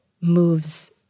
moves